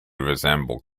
resemble